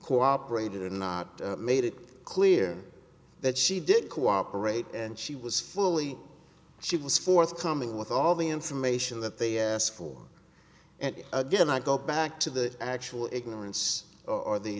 cooperated or not made it clear that she did cooperate and she was fully she was forthcoming with all the information that they asked for and again i go back to the actual ignorance or the